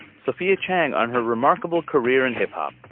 sophia chang on her remarkable career in hip hop.